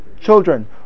Children